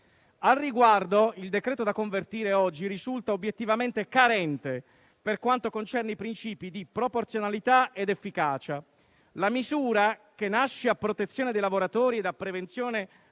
al riguardo, il decreto da convertire risulta obiettivamente carente per quanto concerne i principi di proporzionalità ed efficacia; la misura - che nasce a protezione dei lavoratori ed a prevenzione